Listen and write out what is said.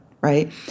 right